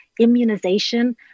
immunization